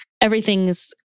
everything's